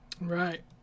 right